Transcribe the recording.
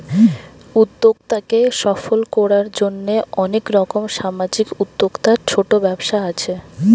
উদ্যোক্তাকে সফল কোরার জন্যে অনেক রকম সামাজিক উদ্যোক্তা, ছোট ব্যবসা আছে